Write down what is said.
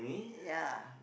ya